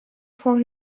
for